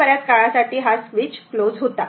बर्याच काळासाठी हा स्वीच क्लोज होता